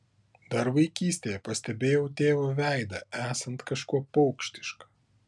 dar vaikystėje pastebėjau tėvo veidą esant kažkuo paukštišką